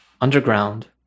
Underground